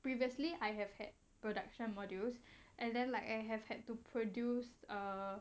previously I have had production modules and then like I have had to produce err